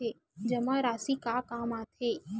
जमा राशि का काम आथे?